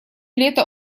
лета